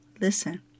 Listen